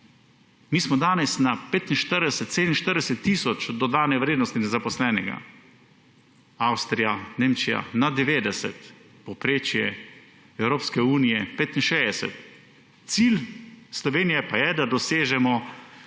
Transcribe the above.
Mi smo danes na 45, 47 tisoč dodane vrednosti na zaposlenega, Avstrija, Nemčija – nad 90, povprečje Evropske unije – 65. Cilj Slovenija pa je, da dosežemo